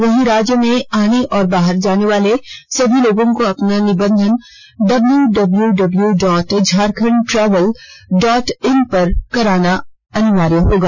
वहीं राज्य में आने और बाहर जाने वाले सभी लोगों को अपना निबंधन W W W dot Jharkhand travel dot in पर कराना अनिवार्य होगा